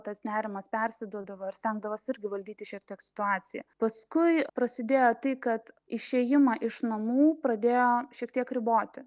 tas nerimas persiduodavo ir stengdavosi irgi valdyti šiek tiek situaciją paskui prasidėjo tai kad išėjimą iš namų pradėjo šiek tiek riboti